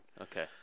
Okay